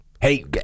Hey